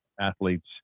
athletes